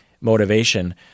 motivation